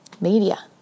media